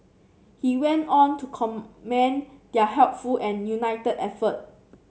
he went on to commend their helpful and united effort